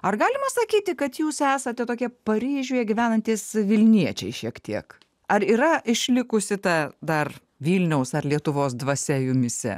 ar galima sakyti kad jūs esate tokie paryžiuje gyvenantys vilniečiai šiek tiek ar yra išlikusi ta dar vilniaus ar lietuvos dvasia jumyse